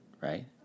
right